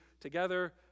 together